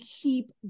keep